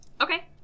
Okay